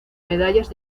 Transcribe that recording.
medallas